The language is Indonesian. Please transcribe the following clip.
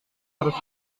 harus